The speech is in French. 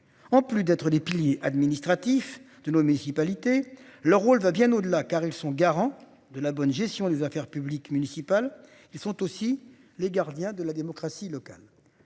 En plus d'être les piliers administratifs de nos municipalités leur rôle va bien au-delà car ils sont garants de la bonne gestion des affaires publiques, municipales. Ils sont aussi les gardiens de la démocratie locale.